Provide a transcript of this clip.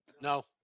No